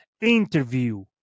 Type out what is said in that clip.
interview